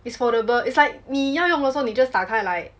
it's foldable it's like 你要用的时候你打开来